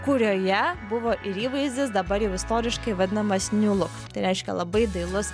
kurioje buvo ir įvaizdis dabar jau istoriškai vadinamas niu luk tai reiškia labai dailus